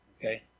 okay